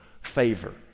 favor